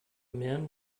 men